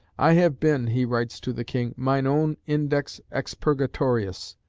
i have been, he writes to the king, mine own index expurgatorius,